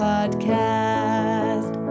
Podcast